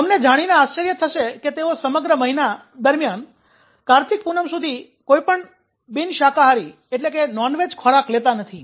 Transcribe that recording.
તમને જાણીને આશ્ચર્ય થશે કે તેઓ સમગ્ર મહિના દરમિયાન કાર્તિક પૂનમ સુધી કોઈ પણ બિન શાકાહારી ખોરાક લેતા નથી